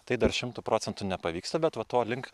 tai dar šimtu procentų nepavyksta bet va to link